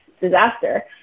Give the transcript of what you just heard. disaster